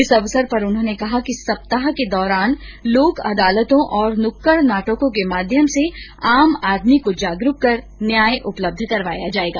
इस अवसर पर उन्होंने कहा कि सप्ताह के दौरान लोक अदालतों और नुक्कड़ नाटकों के माध्यम से आम आदमी जागरुक कर न्याय उपलब्ध करवाया जायेगा